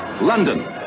London